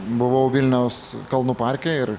buvau vilniaus kalnų parke ir